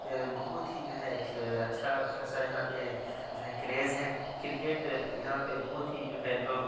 بہت ہی جو ایک اچھا خاصا یہاں پہ جو ہے کریز ہے کرکٹ یہاں پہ بہت ہی جو ہے لوگ